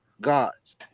gods